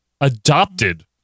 adopted